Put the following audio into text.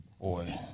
boy